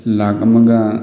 ꯂꯥꯛ ꯑꯃꯒ